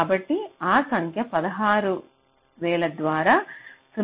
కాబట్టి ఆ సంఖ్య 16000 ద్వారా 0